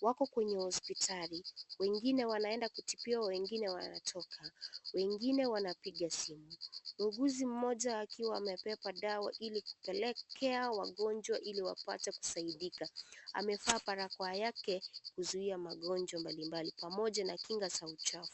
Wako kwenye hospitali, wengine wanaenda kutibiwa, wengine wanatoka, wengine wanapiga simu. Muuguzi mmoja akiwa amebeba dawa ili kupelekea wagonjwa ili wapate kusaidika, amevaa barakoa yake kuzuia magonjwa mbali mbali pamoja na kinga za uchafu.